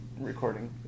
recording